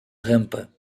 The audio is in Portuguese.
rampa